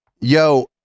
Yo